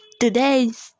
today's